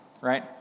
right